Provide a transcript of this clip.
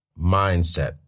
mindset